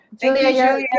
Julia